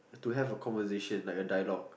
to have a conversation like a dialogue